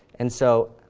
and so,